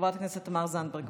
חברת הכנסת תמר זנדברג,